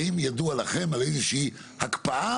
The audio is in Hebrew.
האם ידוע לכם על איזה שהיא הקפאה,